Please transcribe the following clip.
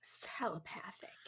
telepathic